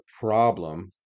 problem